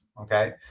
okay